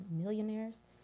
millionaires